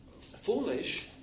foolish